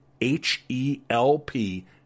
H-E-L-P